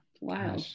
wow